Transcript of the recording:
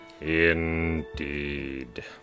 Indeed